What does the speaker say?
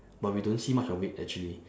but we don't see much of it actually